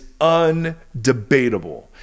undebatable